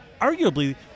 arguably